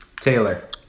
Taylor